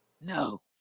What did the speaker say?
No